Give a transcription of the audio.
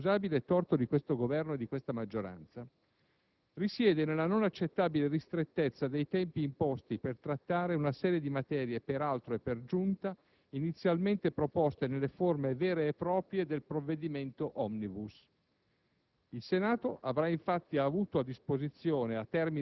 Dico questo per anche subito aggiungere che primo e inescusabile torto di questo Governo e di questa maggioranza risiede nella non accettabile ristrettezza dei tempi imposti per trattare una serie di materie peraltro e per giunta inizialmente proposte nelle forme, vere e proprie, del provvedimento *omnibus*.